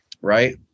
right